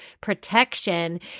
protection